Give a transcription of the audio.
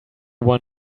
one